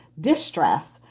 distress